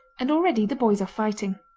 and already the boys are fighting.